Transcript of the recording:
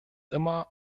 immer